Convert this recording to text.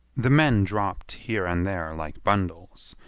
the men dropped here and there like bundles.